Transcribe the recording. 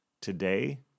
today